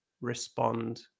respond